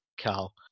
Carl